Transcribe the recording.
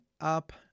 up